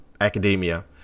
academia